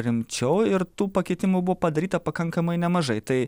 rimčiau ir tų pakeitimų buvo padaryta pakankamai nemažai tai